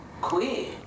quit